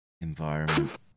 environment